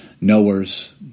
knowers